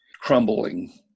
crumbling